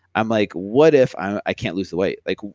i'm like, what if i can't lose the weight? like,